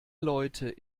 leute